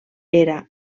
hera